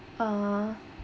uh